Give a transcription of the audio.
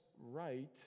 right